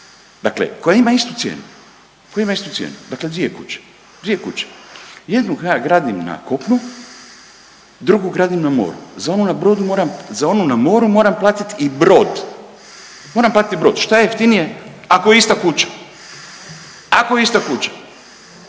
cijenu, koja ima istu cijenu, dakle dvije kuće. Jednu koju ja gradim na kopnu drugu gradim na moru. Za onu na moru moram platiti i brod, moram platiti brod. Šta je jeftinije ako je ista kuća? Ako je ista kuća